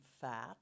fat